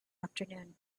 afternoon